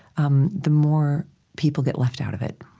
um the more people get left out of it.